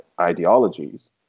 ideologies